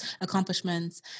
accomplishments